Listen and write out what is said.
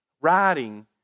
writing